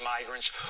migrants